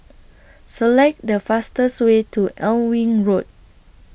Select The fastest Way to Alnwick Road